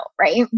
right